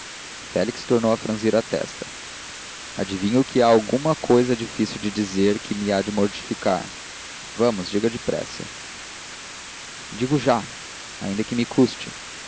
félix tornou a franzir a testa adivinho que há alguma cousa difícil de dizer que me há de mortificar vamos diga depressa digo já ainda que me custe